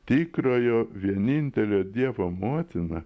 tikrojo vienintelio dievo motina